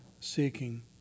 seeking